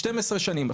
12 שנים.